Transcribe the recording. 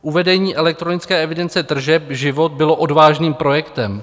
Uvedení elektronické evidence tržeb v život bylo odvážným projektem.